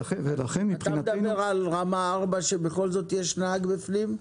ברמה 4 בכל זאת יש נהג בפנים.